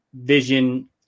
Vision